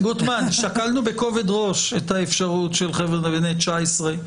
שקלנו בכובד ראש את האפשרות של חבר'ה בני 19,